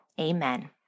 Amen